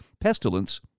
pestilence